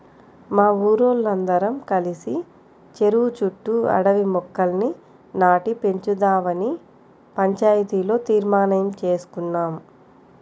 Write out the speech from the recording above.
మా ఊరోల్లందరం కలిసి చెరువు చుట్టూ అడవి మొక్కల్ని నాటి పెంచుదావని పంచాయతీలో తీర్మానించేసుకున్నాం